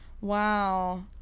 Wow